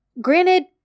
Granted